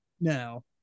No